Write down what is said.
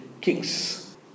kings